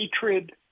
hatred